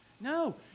No